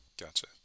Gotcha